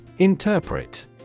Interpret